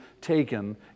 taken